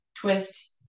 twist